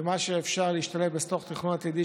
ומה שאפשר שישתלב בתוך תכנון עתידי,